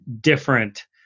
different